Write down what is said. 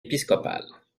épiscopales